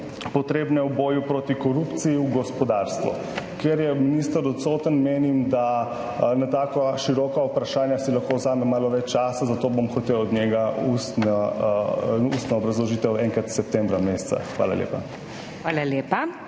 potrebne v boju proti korupciji v gospodarstvu? Ker je minister odsoten, menim, da si za tako široka vprašanja lahko vzamem malo več časa, zato bom hotel od njega ustno obrazložitev enkrat meseca septembra. Hvala lepa.